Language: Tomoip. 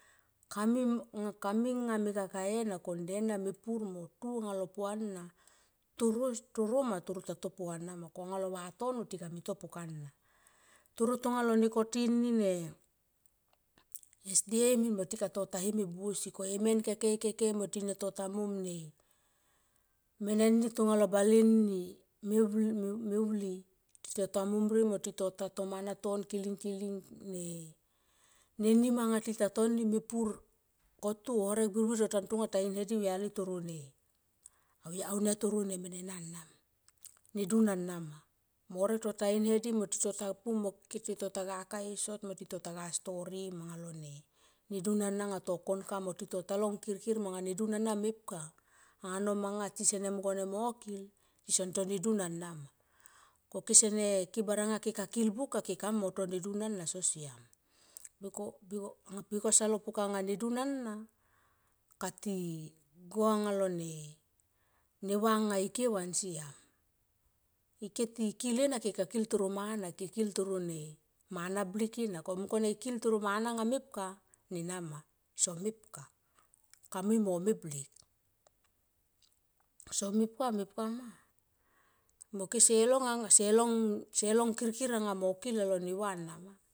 Kami nga me kaka e na ko nde na mepur mo tu alo puhana. Toro ma toro tota to puhana ma. Ko alo vatono ti kame to pukan na. Toro tonga lon nekoti ne sda min mo tika tota him e buo si. Ko emen kekei kekei mo ti na tota mom ne mene ni tonga lo bale ni me vli, me vli tito ta mom rie mom tito ta tomana toi kiling kiling ne nim anga tito ta toni mepur koto horek birbir tota tonga ti in nadi au yali toro ne aunia toro ne mene na ma nedun ana ma. Mo horek birbir tota in hedi mo tito ta pu mo tito ga ka e sot mo tito ta story ma anga lo ne dun ana nga to kon ka mo tito ta long kirkir monga ke dun ano mepka anga no manga tisane mung kone mo kilitisan to nedun ana ma ko kesene bananga keka kil buka ke kamui mo to ne dun ana so siam bikos alo puka nga nedunana kati gua anga lone ne va nga ike van siam ike ti kil ena ike ka kil toro mana ke kil toro ne mana nga mepka som mepka mepka ma mo se long kirkir anga mo kiling alo neva na ma.